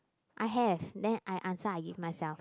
I have then I answer I give myself